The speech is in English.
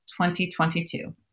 2022